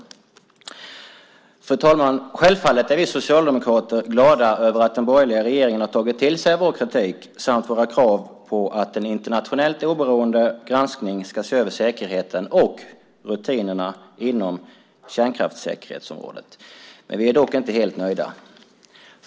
Fru talman! Självklart är vi socialdemokrater glada över att den borgerliga regeringen har tagit till sig av vår kritik samt våra krav på att en internationellt oberoende granskning ska se över säkerheten och rutinerna inom kärnkraftsäkerhetsområdet. Men vi är dock inte helt nöjda.